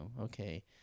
okay